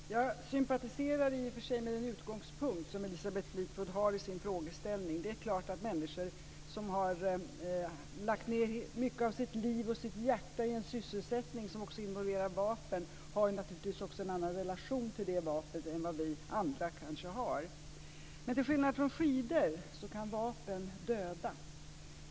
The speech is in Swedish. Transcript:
Fru talman! Jag sympatiserar i och för sig med den utgångspunkt som Elisabeth Fleetwood har i sin frågeställning. Det är klart att människor som har lagt ned mycket av sitt liv och sitt hjärta i en sysselsättning som involverar vapen har en annan relation till det vapnet än vad vi andra kanske har. Till skillnad från skidor kan vapen döda.